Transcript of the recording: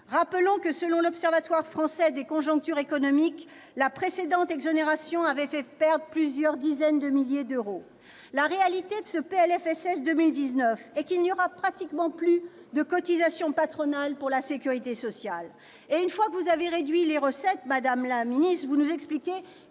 Rappelons que, selon l'Observatoire français des conjonctures économiques, l'OFCE, la précédente exonération avait fait perdre plusieurs dizaines de milliers d'emplois. La réalité de ce PLFSS pour 2019, c'est qu'il n'y aura pratiquement plus de cotisations patronales pour la sécurité sociale. Une fois que vous avez réduit les recettes, madame la ministre, vous nous expliquez